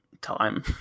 time